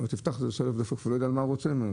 אומר לו תפתח, בסוף הוא לא יודע מה הוא רוצה ממנו.